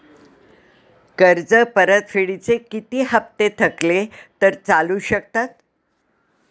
कर्ज परतफेडीचे किती हप्ते थकले तर चालू शकतात?